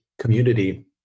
community